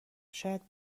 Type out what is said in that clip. شاید